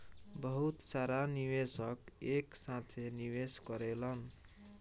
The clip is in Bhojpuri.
बहुत सारा निवेशक एक साथे निवेश करेलन